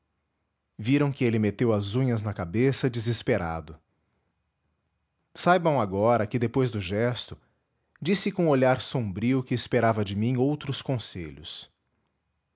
viram que ele meteu as unhas na cabeça desesperado saibam agora que depois do gesto disse com olhar sombrio que esperava de mim outros conselhos